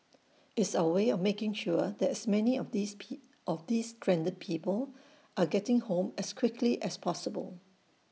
it's our way of making sure that as many of these P of these stranded people are getting home as quickly as possible